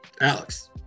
Alex